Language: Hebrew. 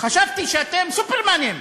חשבתי שאתם סופרמנים.